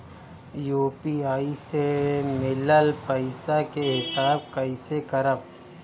UPI से मिलल पईसा के हिसाब कइसे करब?